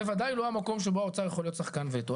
בוודאי לא המקום שבו האוצר יכול להיות שחקן וטו.